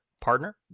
Partner